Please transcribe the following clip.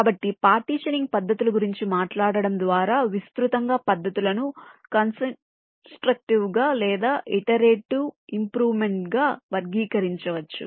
కాబట్టి పార్టీషనింగ్ పద్ధతుల గురించి మాట్లాడటం ద్వారా విస్తృతంగా పద్ధతులను కంస్ట్రక్టీవ్ గా లేదా ఇటరేటివ్ ఇంప్రూవ్మెంట్ గా వర్గీకరించవచ్చు